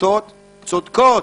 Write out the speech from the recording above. השובתות צודקות.